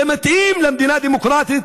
זה מתאים למדינה דמוקרטית?